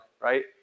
right